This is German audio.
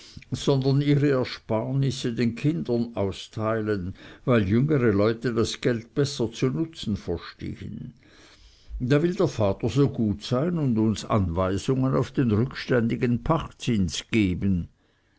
sondern ihre ersparnisse den kindern austeilen weil jüngere leute das geld besser zu nutzen verstehen da will der vater so gut sein und uns anweisungen auf den rückständigen pachtzins geben